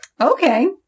Okay